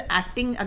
acting